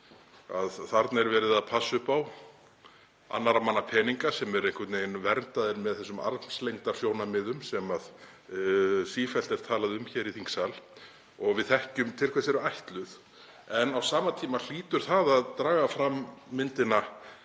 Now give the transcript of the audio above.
að þarna er verið að passa upp á annarra manna peninga sem eru einhvern veginn verndaðir með þessum armslengdarsjónarmiðum sem sífellt er talað um hér í þingsal og við þekkjum til hvers eru ætluð. Á sama tíma hlýtur það að draga fram myndina: